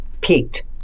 peaked